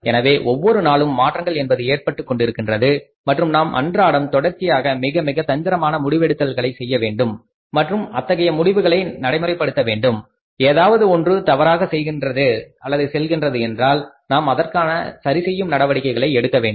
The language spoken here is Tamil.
எனவே ஒவ்வொரு நாளும் மாற்றங்கள் என்பது ஏற்பட்டுக் கொண்டிருக்கின்றது மற்றும் நாம் அன்றாடம் தொடர்ச்சியாக மிக மிக தந்திரமான முடிவெடுத்தல்களை செய்யவேண்டும் மற்றும் அத்தகைய முடிவுகளை நடைமுறைப்படுத்த வேண்டும் ஏதாவது ஒன்று தவறாக செல்கின்றது என்றால் நாம் அதற்கான சரிசெய்யும் நடவடிக்கைகளை எடுக்க வேண்டும்